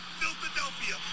Philadelphia